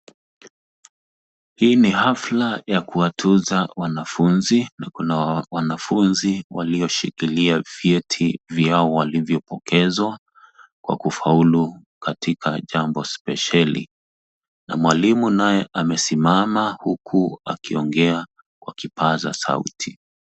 Hii ni hafla ya kuwatuza wanafunzi na kuna wanafunzi walioshikilia vyeti vyao walivyopokezwa kwa kufaulu katika jambo spesheli na mwalimu naye amesimama huku akiongea kwa kipaza sauti.